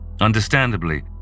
Understandably